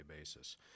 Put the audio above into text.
basis